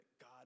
God